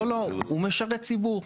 לא, לא, הוא משרת ציבור.